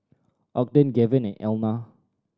Ogden Gaven and Elna